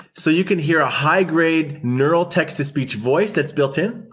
so you can hear a high-grade neural text-to-speech voice that's built-in.